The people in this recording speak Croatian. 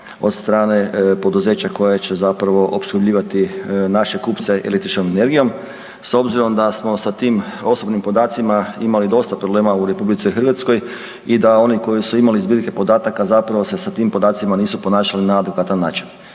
od strane poduzeća koja će zapravo opskrbljivati naše kupce električnom energijom s obzirom da smo sa tim osobnim podacima imali dosta problema u RH i da oni koji su imali zbirke podataka zapravo se sa tim podacima nisu ponašali na adekvatan način.